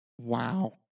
Wow